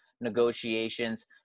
negotiations